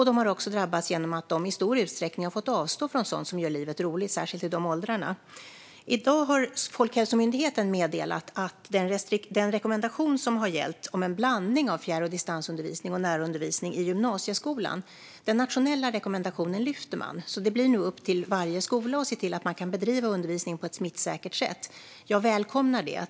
De har också drabbats genom att de i stor utsträckning har fått avstå från sådant som gör livet roligt, särskilt i de åldrarna. I dag har Folkhälsomyndigheten meddelat att man lyfter den nationella rekommendation som har gällt om en blandning av fjärr och distansundervisning och närundervisning i gymnasieskolan. Det blir nu upp till varje skola att se till att man kan bedriva undervisning på ett smittsäkert sätt. Jag välkomnar det.